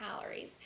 calories